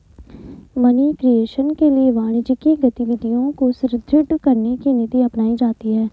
money creation के लिए वाणिज्यिक गतिविधियों को सुदृढ़ करने की नीति अपनाई जाती है